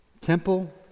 Temple